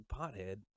pothead